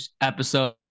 episode